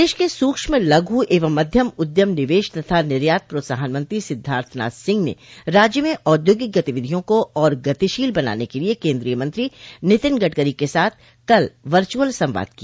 प्रदेश के सूक्ष्म लघु एवं मध्यम उद्यम निवेश तथा निर्यात प्रोत्साहन मंत्री सिद्धार्थनाथ सिंह ने राज्य में औद्योगिक गतिविधियों को और गतिशील बनाने के लिये केन्द्रीय मंत्री नितिन गडकरी के साथ कल वर्चुअल संवाद किया